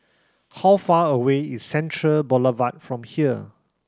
how far away is Central Boulevard from here